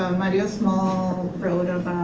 um mario small wrote ah